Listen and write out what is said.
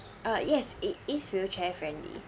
uh yes it is wheelchair friendly